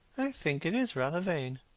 i think it is rather vain.